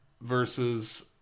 Versus